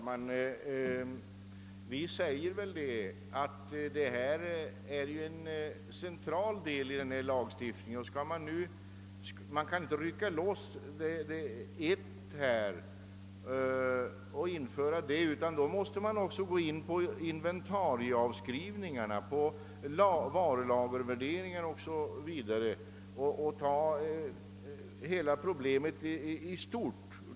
Herr talman! Vi anser att detta är en central del i denna lagstiftning. Man kan här inte rycka ut en sak och införa den, utan man måste då också gå in på inventarieavskrivningar, varulagervärderingar o.s.v. och ta hela problemet i stort.